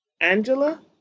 Angela